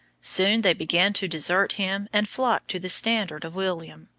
soon they began to desert him and flock to the standard of william,